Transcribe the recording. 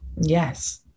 Yes